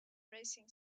racing